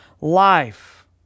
life